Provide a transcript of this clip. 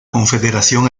confederación